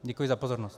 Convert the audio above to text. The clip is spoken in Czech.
Děkuji za pozornost.